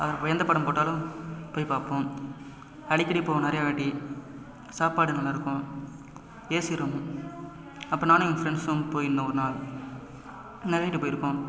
எந்த படம் போட்டாலும் போய் பார்ப்போம் அடிக்கடி போவோம் நிறையவாட்டி சாப்பாடு நல்லாருக்கும் ஏசி ரூம் அப்போ நானும் என் ஃப்ரெண்ட்ஸும் போய் இருந்தோம் ஒரு நாள் நிறையவாட்டி போயிருக்கோம்